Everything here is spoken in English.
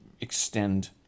extend